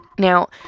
Now